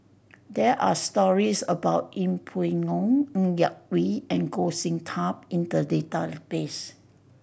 there are stories about Yeng Pway Ngon Ng Yak Whee and Goh Sin Tub in the database